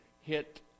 hit